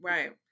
Right